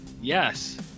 Yes